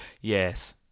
Yes